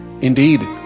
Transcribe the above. Indeed